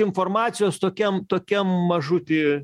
informacijos tokiam tokiam mažuty